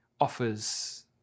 offers